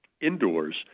indoors